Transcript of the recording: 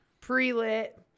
pre-lit